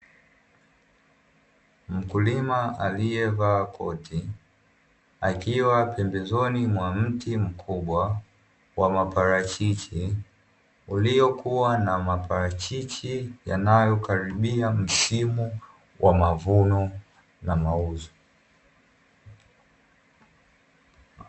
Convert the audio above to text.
Mkulima aliyevaa koti akiwa pembezoni mwa mti mkubwa wa maparachichi, uliokua na maparachichi yanayokaribia msimu wa mavuno na mauzo.